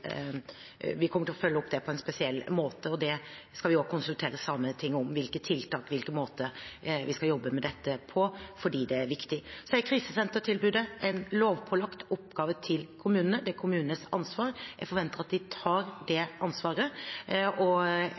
Vi kommer til å følge opp det samiske på en spesiell måte, og vi skal også konsultere Sametinget om hvilken måte og med hvilke tiltak vi skal jobbe med dette på, for det er viktig. Krisesentertilbudet er en lovpålagt oppgave for kommunene. Det er kommunenes ansvar, og jeg forventer at de tar det ansvaret.